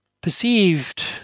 perceived